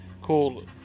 called